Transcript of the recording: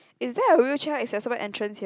is there a wheelchair accessible entrance here